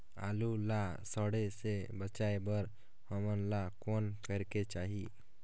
आलू ला सड़े से बचाये बर हमन ला कौन करेके चाही?